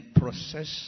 process